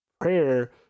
prayer